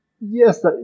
Yes